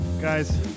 Guys